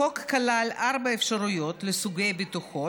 החוק כלל ארבע אפשרויות לסוגי בטוחות: